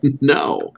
no